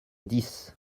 dix